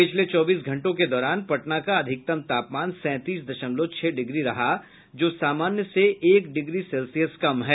पिछले चौबीस घंटों के दौरान पटना का अधिकतम तापमान सैंतीस दशमलव छह डिग्री रहा जो सामान्य से एक डिग्री सेल्सियस कम है